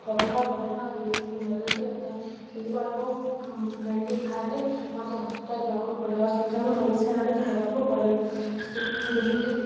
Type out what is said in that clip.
ଫୋଟକା ଫୋଟକା ଏ ସ୍କନ୍ ଏଲର୍ଜି ହୋଇଥାଏ ସେଥିପାଇଁ ମୁଁ ଭେଣ୍ଡି ଖାଇଲେ ମୋତେ ହସ୍ପିଟାଲ୍ ଯିବାକୁ ପଡ଼େ ହସ୍ପିଟାଲ୍ରୁ ମେଡ଼ିସିନ୍ ଆଣି ଖାଇବାକୁ ପଡ଼େ ସେଥି ଭେଣ୍ଡି